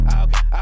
okay